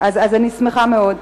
אז אני שמחה מאוד.